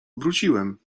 wróciłem